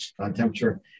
temperature